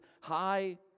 high